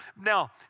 Now